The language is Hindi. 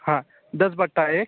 हाँ दस बटा एक